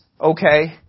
okay